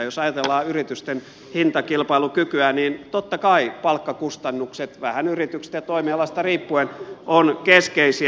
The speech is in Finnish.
jos ajatellaan yritysten hintakilpailukykyä niin totta kai palkkakustannukset vähän yrityksestä ja toimialasta riippuen ovat keskeisiä